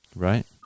Right